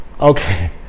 Okay